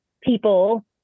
people